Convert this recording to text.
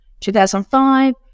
2005